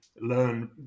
learn